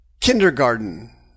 Kindergarten